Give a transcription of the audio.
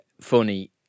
funny